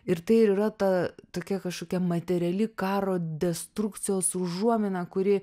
ir tai ir yra ta tokia kažkokia materiali karo destrukcijos užuomina kuri